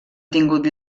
tingut